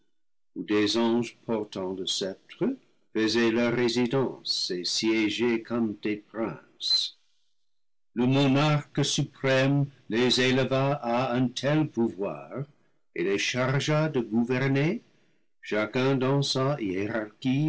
des anges portant le sceptre faisaient leur résidence et siéger comme des princes le monarque suprême les éleva à un tel pouvoir et les chargea de gouverner chacun